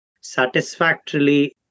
satisfactorily